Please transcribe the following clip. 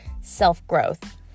self-growth